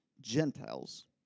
Gentiles